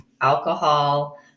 alcohol